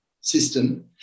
system